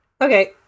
Okay